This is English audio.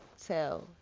tell